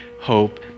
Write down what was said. hope